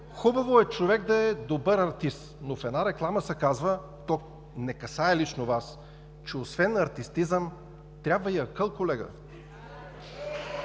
хубаво е човек да е добър артист, но в една реклама се казва, то не касае лично Вас, че освен артистизъм трябва и акъл, колега.